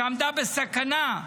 שעמדה בסכנה.